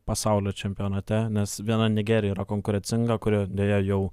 pasaulio čempionate nes viena nigerija yra konkurencinga kuri deja jau